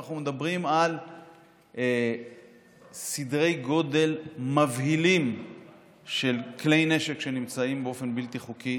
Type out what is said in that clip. אנחנו מדברים על סדרי גודל מבהילים של כלי נשק שנמצאים באופן בלתי חוקי